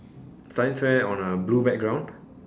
science fair on a blue background